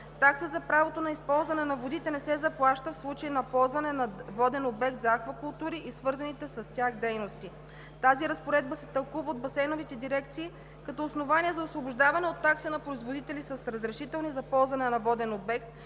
такса за правото на използване на водите не се заплаща, в случай на ползване на воден обект за аквакултури и свързаните с тях дейности. Тази разпоредба се тълкува от басейновите дирекции като основание за освобождаване от такса на производители с разрешителни за ползване на воден обект,